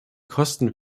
kosten